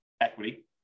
equity